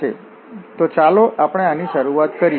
તો ચાલો આપણે આની શરૂઆત કરીએ